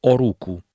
Oruku